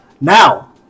Now